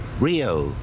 Rio